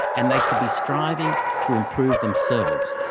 and they should be striving to improve themselves.